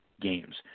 games